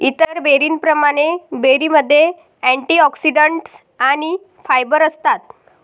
इतर बेरींप्रमाणे, बेरीमध्ये अँटिऑक्सिडंट्स आणि फायबर असतात